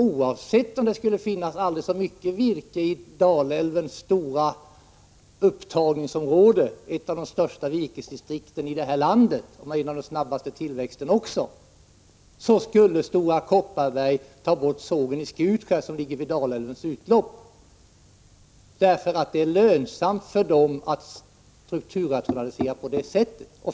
Oavsett om det skulle finnas aldrig så mycket virke i Dalälvens stora upptagningsområde — ett av de största virkesdistrikten ilandet och med den snabbaste tillväxten också — skulle Stora Kopparberg ta bort sågen vid Skutskär som ligger vid Dalälvens utlopp. Det är lönsamt för dem att strukturrationalisera på det sättet.